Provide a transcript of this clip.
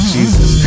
Jesus